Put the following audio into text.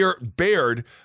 Baird